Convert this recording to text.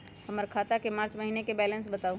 हमर खाता के मार्च महीने के बैलेंस के बताऊ?